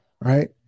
right